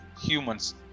humans